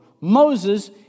Moses